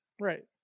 Right